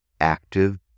Active